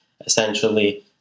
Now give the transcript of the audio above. essentially